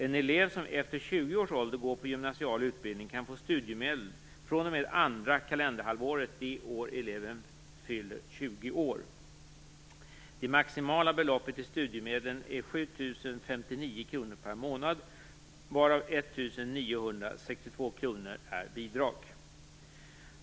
En elev som efter 20 års ålder går på gymnasial utbildning kan få studiemedel fr.o.m. andra kalenderhalvåret det år eleven fyller 20 år. Det maximala beloppet i studiemedlen är 7 059 kr per månad, varav 1 962 kr är bidrag.